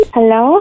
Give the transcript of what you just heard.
Hello